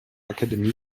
akademie